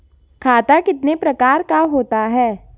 खाता कितने प्रकार का होता है?